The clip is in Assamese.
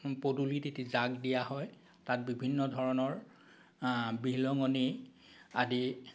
পদূলিত এটি যাগ দিয়া হয় তাত বিভিন্ন ধৰণৰ বিহলঙনি আদি